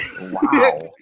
Wow